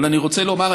אבל אני רוצה לומר,